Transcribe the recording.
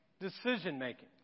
decision-making